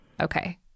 okay